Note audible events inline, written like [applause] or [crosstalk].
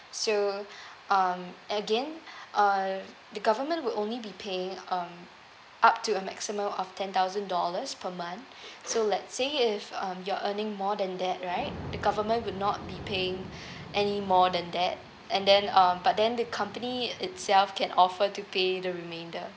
so um again uh the government would only be paying um up to a maximum of ten thousand dollars per month [breath] so let's say if um you're earning more than that right the government would not be paying [breath] any more than that and then uh but then the company itself can offer to pay the remainder